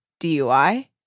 DUI